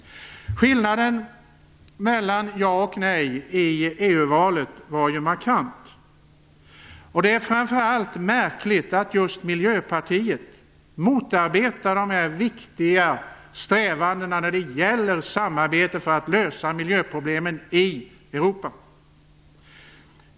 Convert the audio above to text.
Skillnaden mellan ja och nej i EU-valet var ju markant. Det är framför allt märkligt att just Miljöpartiet motarbetar dessa viktiga strävanden när det gäller samarbete för att lösa miljöproblemen i Europa.